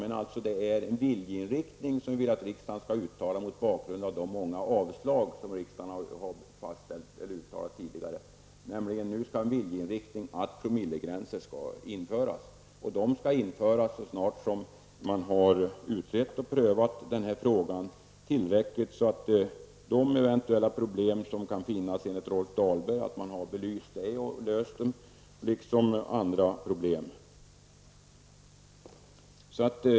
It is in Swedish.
Men vi önskar att riksdagen skall visa en viljeinriktning mot bakgrund av de många avslagen tidigare i riksdagen, nämligen viljeinriktningen att promillegränser skall införas. Detta bör ske så snart man har utrett och prövat frågan tillräckligt, så att de eventuella problem som Rolf Dahlberg var inne på kan lösas, liksom också andra problem.